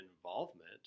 involvement